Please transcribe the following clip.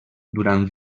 durant